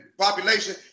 population